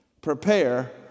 Prepare